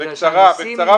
בקצרה.